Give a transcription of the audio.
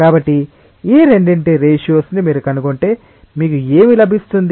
కాబట్టి ఈ రెండింటి రేషియోస్ ని మీరు కనుగొంటే మీకు ఏమి లభిస్తుంది